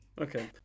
okay